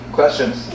questions